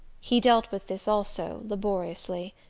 he dealt with this also, laboriously.